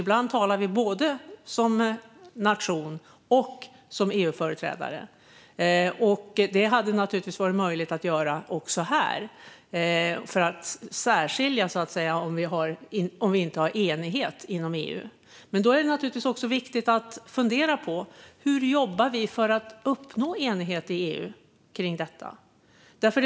Ibland talar vi både som nation och som EU-företrädare, och det hade naturligtvis varit möjligt att göra även här, för att särskilja om vi inte har enighet inom EU. Men det är naturligtvis också viktigt att fundera på hur vi jobbar för att uppnå enighet kring detta i EU.